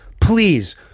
please